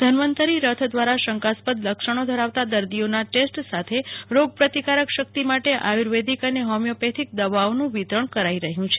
ધન્વંતરી રથ દ્રારા શંકાસ્પદ લક્ષણો ધરાવતા દર્દીઓ ના ટેસ્ટ સાથે રોગ પ્રતિકારક શક્તિ માટે આર્યુવેદીક અને હોમીઓપેથીક દવાઓ નું વિતરણ કરાઈ રહ્યું છે